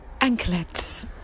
Anklets